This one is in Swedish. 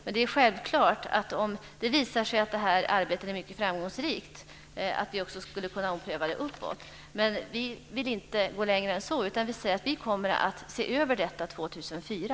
Men det är självklart att om det visar sig att det här arbetet är mycket framgångsrikt kan vi ompröva målet så att det blir strängare. Vi kommer att se över detta 2004.